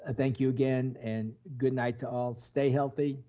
ah thank you again and goodnight to all. stay healthy,